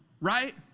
right